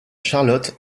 charlotte